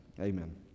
Amen